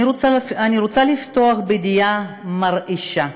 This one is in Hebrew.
אני רוצה לפתוח בידיעה מרעישה: